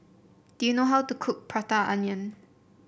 do you know how to cook Butter Calamari